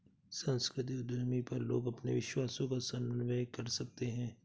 सांस्कृतिक उद्यमी पर लोग अपने विश्वासों का समन्वय कर सकते है